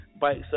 Bikes